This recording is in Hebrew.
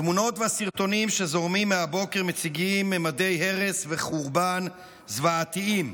התמונות והסרטונים שזורמים מהבוקר מציגים ממדי הרס וחורבן זוועתיים,